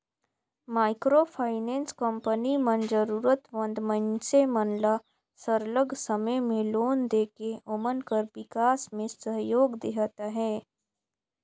micro finance company मन जरूरत मंद मइनसे मन ल सरलग समे में लोन देके ओमन कर बिकास में सहयोग देहत अहे